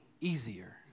easier